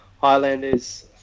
Highlanders